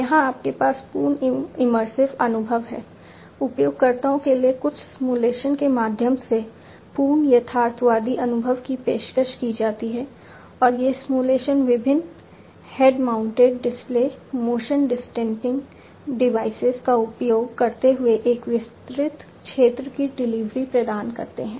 यहां आपके पास पूर्ण इमर्सिव अनुभव है उपयोगकर्ताओं के लिए कुछ सिमुलेशन के माध्यम से पूर्ण यथार्थवादी अनुभव की पेशकश की जाती है और ये सिमुलेशन विभिन्न head mounted display motion detecting devices का उपयोग करते हुए एक विस्तृत क्षेत्र की डिलीवरी प्रदान करते हैं